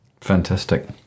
fantastic